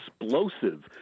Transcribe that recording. explosive